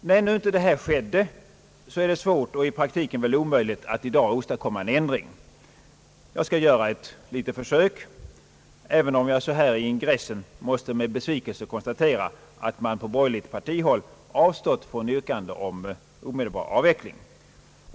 Men när detta inte skedde är det svårt och i praktiken omöjligt att i dag åstadkomma en ändring. Jag skall göra ett litet försök även om jag i ingressen med besvikelse måste konstatera att man på borgerligt partihåll har avstått från yrkande om en omedelbar avveckling.